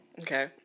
Okay